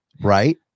Right